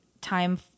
time